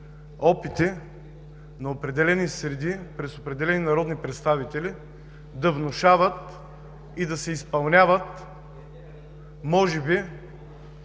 опити на определени среди през определени народни представители да внушават и да се изпълняват, може би,